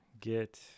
get